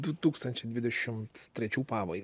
du tūkstančiai dvidešimt trečių pabaigą